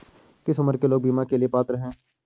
किस उम्र के लोग बीमा के लिए पात्र हैं?